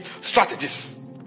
strategies